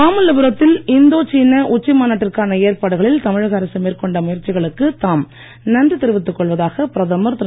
மாமல்லபுரத்தில் இந்தோ சீன உச்சி மாநாட்டிற்கான ஏற்பாடுகளில் தமிழக அரசு மேற்கொண்ட முயற்சிகளுக்கு தாம் நன்றி தெரிவித்துக் கொள்வதாக பிரதமர் திரு